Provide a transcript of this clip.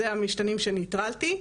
אלה המשתנים שנטרלתי.